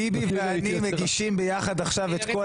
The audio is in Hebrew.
טיבי ואני מגישים ביחד עכשיו את כל